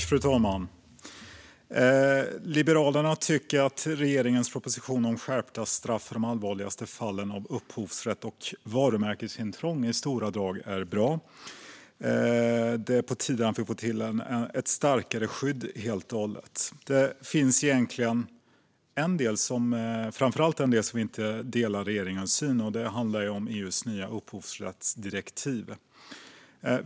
Fru talman! Liberalerna tycker att regeringens proposition om skärpta straff för de allvarligaste fallen av upphovsrätts och varumärkesintrång i stora drag är bra. Det är helt enkelt på tiden att vi får till ett starkare skydd. Det finns dock framför allt en del där vi inte delar regeringens syn, och det gäller EU:s nya upphovsrättsdirektiv.